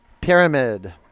Pyramid